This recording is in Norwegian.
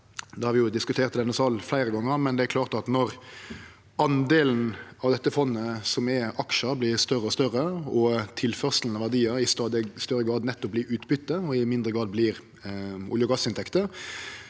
Det har vi diskutert i denne salen fleire gonger. Det er klart at når andelen av dette fondet som er aksjar, vert større og større, og tilførselen av verdiar i stadig større grad nettopp vert utbyte og i mindre grad vert olje- og gassinntekter,